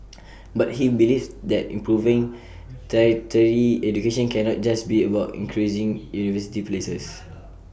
but he believes that improving tertiary education cannot just be about increasing university places